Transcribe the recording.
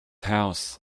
house